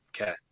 Okay